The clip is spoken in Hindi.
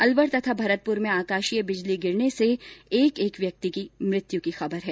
अलवर तथा भरतपुर में आकाशीय बिजली गिरने से एक एक व्यक्ति की मृत्यु हो गई